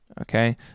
okay